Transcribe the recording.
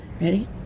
Ready